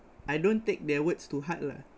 I don't take their words to heart lah